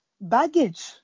baggage